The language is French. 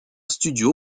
studio